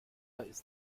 ist